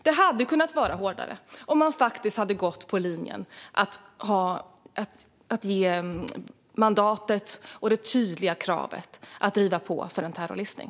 Det hade kunnat vara hårdare om man faktiskt hade gått på linjen att ge mandatet och det tydliga kravet att driva på för en terrorlistning.